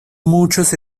muchos